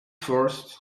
first